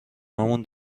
مون